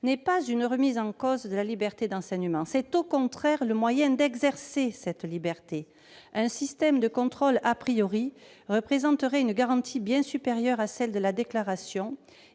remettrait pas en cause la liberté d'enseignement. Ce serait au contraire le moyen d'exercer cette liberté. Un système de contrôle offrirait une garantie bien supérieure à celle de la déclaration